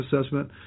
assessment